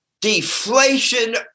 Deflation